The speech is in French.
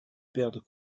perdent